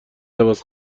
لباس